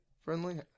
Friendly